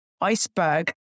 iceberg